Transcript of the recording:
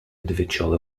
individual